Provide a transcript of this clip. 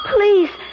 Please